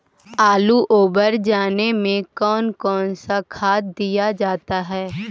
आलू ओवर जाने में कौन कौन सा खाद दिया जाता है?